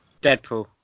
Deadpool